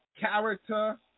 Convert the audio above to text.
Character